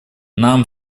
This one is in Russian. нам